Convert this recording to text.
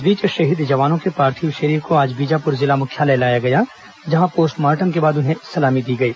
इस बीच शहीद जवानों के पार्थिव शरीर को आज बीजापुर जिला मुख्यालय लाया गया जहां पोस्टमार्टम के बाद उन्हें सलामी दी गई